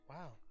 Wow